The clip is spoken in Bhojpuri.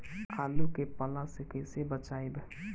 आलु के पाला से कईसे बचाईब?